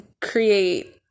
create